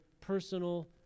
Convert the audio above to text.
personal